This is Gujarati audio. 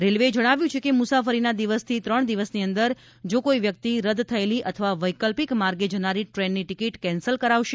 રેલ્વેએ જણાવ્યું છે કે મુસાફરીના દિવસથી ત્રણ દિવસની અંદર જો કોઇ વ્યક્તિ રદ થયેલી અથવા વૈકલ્પિક માર્ગે જનારી ટ્રેનની ટિકીટ કેન્સલ કરાવશે